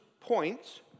points